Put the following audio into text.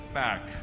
back